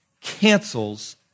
cancels